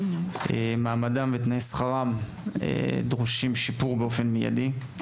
מעמדם ותנאי שכרם דורשים שיפור באופן מידי.